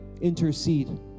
Intercede